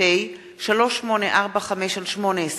פ/3845/18